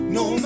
no